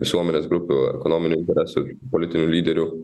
visuomenės grupių ekonominių interesų politinių lyderių